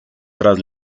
tras